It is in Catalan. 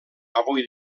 avui